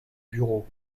bureaux